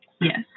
Yes